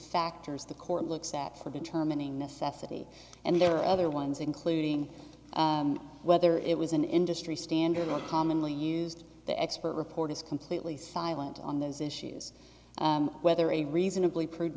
factors the court looks at for determining necessity and there are other ones including whether it was an industry standard or commonly used the expert report is completely silent on those issues whether a reasonably pr